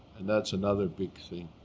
and that's another big thing.